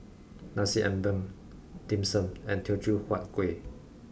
nasi ambeng dim sum and teochew huat kueh